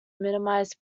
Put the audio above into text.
minimise